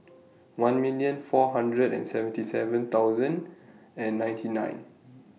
one million four hundred and seventy seven thousand and ninety nine